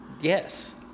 Yes